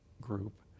group